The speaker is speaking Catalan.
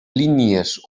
línies